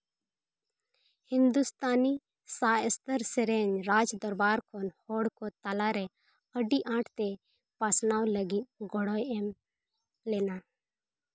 ᱦᱤᱱᱫᱩᱥᱛᱷᱟᱱᱤ ᱥᱟᱥᱛᱚᱨ ᱥᱮᱨᱮᱧ ᱨᱟᱡᱽ ᱫᱚᱨᱵᱟᱨ ᱠᱷᱚᱱ ᱦᱚᱲ ᱠᱚ ᱛᱟᱞᱟ ᱨᱮ ᱟᱹᱰᱤ ᱟᱸᱴᱛᱮ ᱯᱟᱥᱱᱟᱣ ᱞᱟᱹᱜᱤᱫ ᱜᱚᱲᱚᱭ ᱮᱢ ᱞᱮᱱᱟ